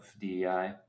DEI